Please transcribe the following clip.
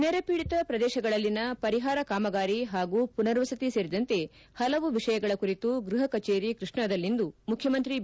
ನೆರೆ ಖೀಡಿತ ಪ್ರದೇಶಗಳಲ್ಲಿನ ಪರಿಹಾರ ಕಾಮಗಾರಿ ಹಾಗೂ ಮನರ್ ವಸತಿ ಸೇರಿದಂತೆ ಹಲವು ವಿಷಯಗಳ ಕುರಿತು ಗೃಹ ಕಜೇರಿ ಕೃಷ್ಣಾದಲ್ಲಿಂದು ಮುಖ್ಯಮಂತ್ರಿ ಬಿ